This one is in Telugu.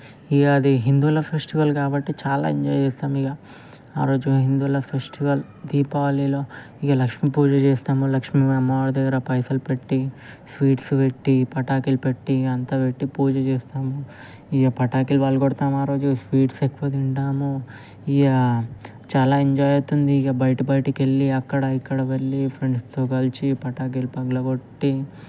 ఇంకా అది హిందువుల ఫెస్టివల్ కాబట్టి చాలా ఎంజాయ్ చేస్తాం ఇక ఆరోజు హిందువుల ఫెస్టివల్ దీపావళిలో ఇక లక్ష్మీ పూజ చేస్తాము లక్ష్మీ అమ్మవారి దగ్గర పైసలు పెట్టి స్వీట్స్ పెట్టి పటాకులు పెట్టి అంతా పెట్టి పూజ చేస్తాము ఇంకా పటాకులు పగలగొడతాం ఆరోజు స్వీట్స్ ఎక్కువ తింటాము ఇంకా చాలా ఎంజాయ్ చేస్తాం ఇంకా బయట బయటకి వెళ్ళి అక్కడ ఇక్కడ వెళ్ళి ఫ్రెండ్స్తో కలిసి పటాకులు పగులగొట్టి